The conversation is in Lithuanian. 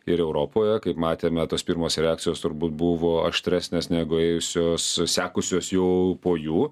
ir europoje kaip matėme tos pirmos reakcijos turbūt buvo aštresnės negu ėjusios sekusios jau po jų